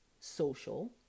social